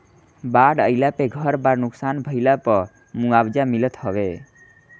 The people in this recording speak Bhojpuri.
बाढ़ आईला पे घर बार नुकसान भइला पअ मुआवजा मिलत हवे